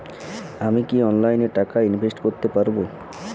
আমি কি অনলাইনে টাকা ইনভেস্ট করতে পারবো?